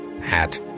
hat